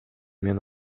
мен